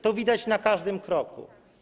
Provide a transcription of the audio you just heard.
To widać na każdym kroku.